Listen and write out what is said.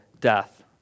death